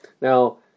Now